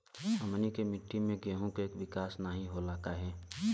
हमनी के मिट्टी में गेहूँ के विकास नहीं होला काहे?